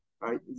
right